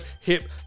hip